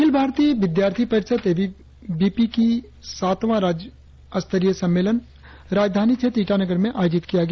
Akhil Bharatiya Vidyarthi Parishad A B V P का सातवां राज्य स्तरीय सम्मेलन राजधानी क्षेत्र ईटानगर में आयोजित किया गया